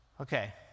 Okay